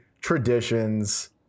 traditions –